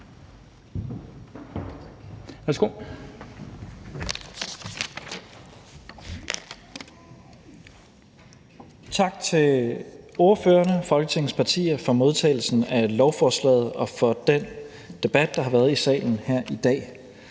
partier for modtagelsen af lovforslaget, og tak for den debat, der har været i salen her i dag.